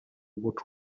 would